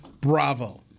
bravo